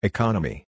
Economy